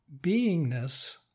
Beingness